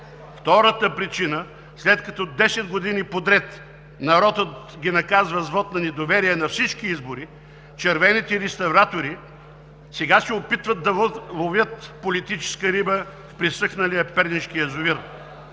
Втората причина. След като 10 години подред народът ги наказва с вот на недоверие на всички избори, червените реставратори сега се опитват да ловят политическа риба в пресъхналия пернишки язовир.